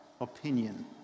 opinion